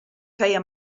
feia